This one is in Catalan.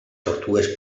tortugues